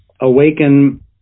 Awaken